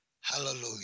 Hallelujah